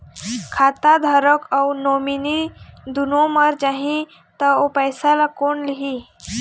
खाता धारक अऊ नोमिनि दुनों मर जाही ता ओ पैसा ला कोन लिही?